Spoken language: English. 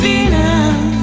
Venus